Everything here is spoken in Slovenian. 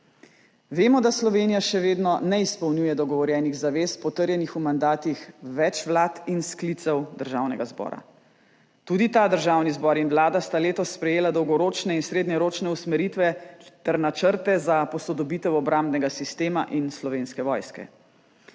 Vemo, da Slovenija še vedno ne izpolnjuje dogovorjenih zavez, potrjenih v mandatih več vlad in sklicev Državnega zbora. Tudi ta državni zbor in vlada sta letos sprejela dolgoročne in srednjeročne usmeritve ter načrte za posodobitev obrambnega sistema in Slovenske vojske.